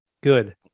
Good